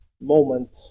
moment